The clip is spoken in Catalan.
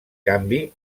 canvi